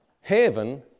Heaven